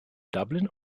dublin